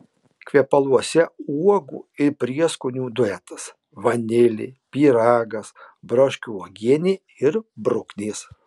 kvepaluose uogų ir prieskonių duetas vanilė pyragas braškių uogienė ir bruknės